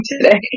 today